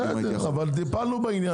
טיפלנו בעניין.